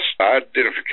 identification